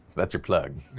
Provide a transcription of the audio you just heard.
that's your plug.